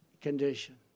condition